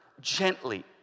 gently